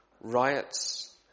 riots